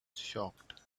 shocked